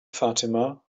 fatima